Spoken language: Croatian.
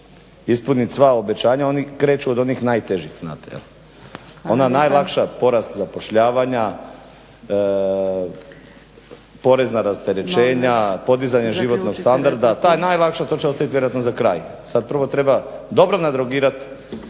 ispunit sva obećanja. Oni kreću od onih najtežih. Znate? Ona najlakša porast zapošljavanja, porezna rasterećenja, podizanje … …/Upadica Zgrebec: Molim vas zaključite./… … životnog standarda. Ta najlakša to će ostavit vjerojatno za kraj. Sad prvo treba dobro nadrogirat